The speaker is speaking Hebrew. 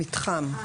מתחם.